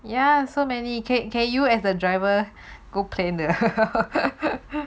ya so many can can you as the driver go plan the